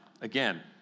again